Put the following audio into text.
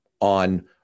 on